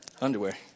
underwear